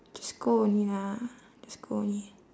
just go only lah just go only